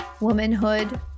womanhood